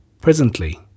Presently